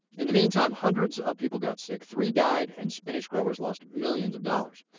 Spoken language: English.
in the meantime, hundreds of people got sick, three died and spinach growers lost millions of dollars.